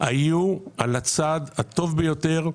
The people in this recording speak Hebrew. היו על הצד הטוב ביותר,